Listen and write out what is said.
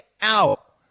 out